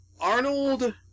Arnold